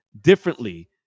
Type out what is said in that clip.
differently